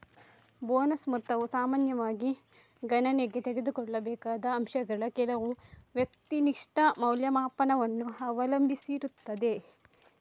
bonus ಮೊತ್ತವು ಸಾಮಾನ್ಯವಾಗಿ ಗಣನೆಗೆ ತೆಗೆದುಕೊಳ್ಳಬೇಕಾದ ಅಂಶಗಳ ಕೆಲವು ವ್ಯಕ್ತಿನಿಷ್ಠ ಮೌಲ್ಯಮಾಪನವನ್ನು ಅವಲಂಬಿಸಿರುತ್ತದೆ